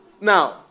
Now